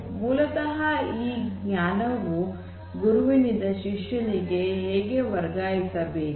ಮೂಲತಃ ಆ ಜ್ಞಾನವು ಗುರುವಿನಿಂದ ಶಿಷ್ಯನಿಗೆ ವರ್ಗಾಯಿಸಬೇಕು